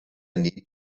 need